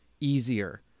easier